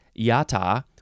Yata